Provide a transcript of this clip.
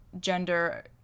gender